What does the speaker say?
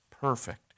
perfect